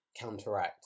counteract